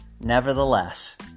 Nevertheless